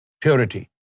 purity